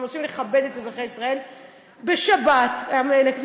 אם אנחנו רוצים לכבד את אזרחי ישראל,